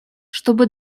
чтобы